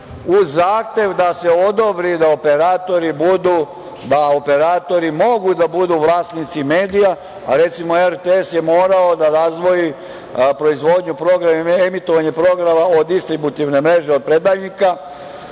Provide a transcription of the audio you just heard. uz zahtev da se odobri da operatori mogu da budu vlasnici medija, a recimo RTS je morao da razdvoji proizvodnju, emitovanje programa od distributivne mreže od predajnika?